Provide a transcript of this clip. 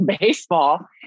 baseball